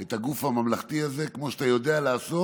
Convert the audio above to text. את הגוף הממלכתי הזה כמו שאתה יודע לעשות.